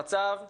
למצב כזה.